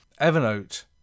Evernote